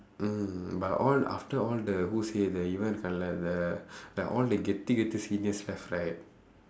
mm but all after all the who say the even fella the like all the seniors left right